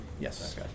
Yes